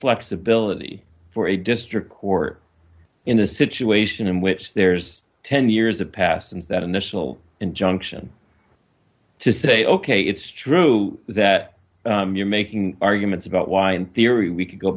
flexibility for a district court in a situation in which there's ten years have passed since that initial injunction to say ok it's true that you're making arguments about why in theory we could go